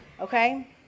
Okay